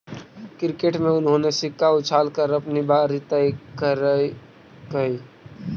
cricket में उन्होंने सिक्का उछाल कर अपनी बारी तय करकइ